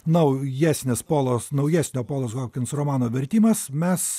naujesnis polos naujesnio polos hokins romano vertimas mes